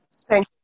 thank